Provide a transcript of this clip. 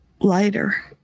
lighter